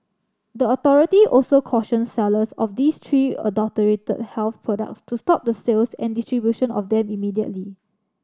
the authority also cautioned sellers of these three adulterated health products to stop the sales and distribution of them immediately